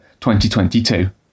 2022